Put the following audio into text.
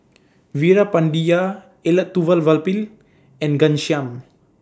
Veerapandiya Elattuvalapil and Ghanshyam